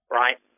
right